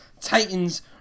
Titans